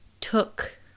took